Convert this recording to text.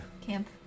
Camp